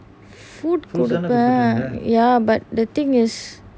food குடுப்பேன்:kudupaen ya but the thing is